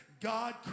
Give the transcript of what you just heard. God